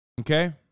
Okay